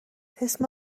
اسم